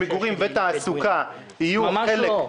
ממש לא.